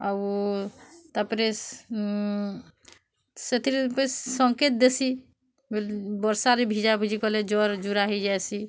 ଆଉ ତା' ପରେ ସେଥିରେ ବି ସଙ୍କେତ୍ ଦେସି ବର୍ଷାରେ ଭିଜାଭିଜି କଲେ ଜ୍ଵର୍ ଜୁରା ହେଇଯାଏସି